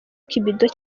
kibido